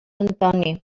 antoni